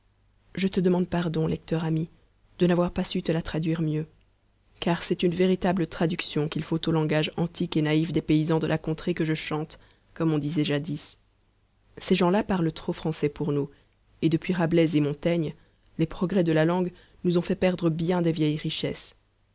je te demande pardon lecteur ami de n'avoir pas su te la traduire mieux car c'est une véritable traduction qu'il faut au langage antique et naïf des paysans de la contrée que je chante comme on disait jadis ces gens-là parlent trop français pour nous et depuis rabelais et montaigne les progrès de la langue nous ont fait perdre bien des vieilles richesses